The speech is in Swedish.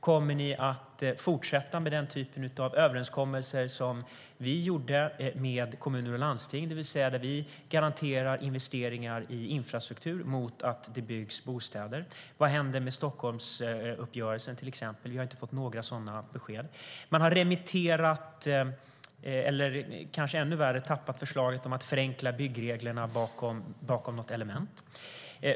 Kommer ni att fortsätta med den typen av överenskommelser som vi gjorde med kommuner och landsting, där man garanterar investeringar i infrastruktur mot att det byggs bostäder? Vad händer till exempel med Stockholmsuppgörelsen? Vi har inte fått några sådana besked. Man har remitterat förslaget om att förenkla byggreglerna - eller kanske ännu värre: tappat det bakom något element.